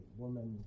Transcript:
woman